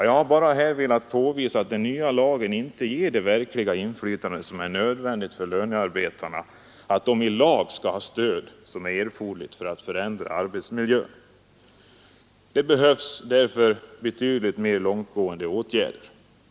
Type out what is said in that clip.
Jag har här bara velat påvisa att den nya lagen inte ger det verkliga inflytande som är nödvändigt för att lönearbetarna i lag skall ha det stöd som är erforderligt för att förändra arbetsmiljön. Det behövs därför betydligt mer långtgående åtgärder.